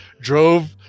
drove